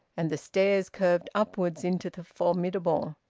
and the stairs curved upwards into the formidable.